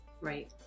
Right